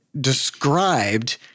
described